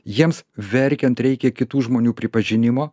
jiems verkiant reikia kitų žmonių pripažinimo